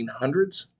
1800s